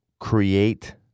Create